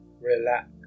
relax